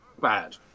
bad